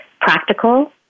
practical